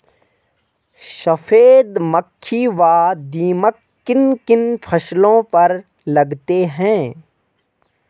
सफेद मक्खी व दीमक किन किन फसलों पर लगते हैं?